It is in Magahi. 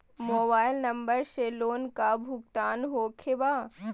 मोबाइल नंबर से लोन का भुगतान होखे बा?